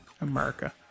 America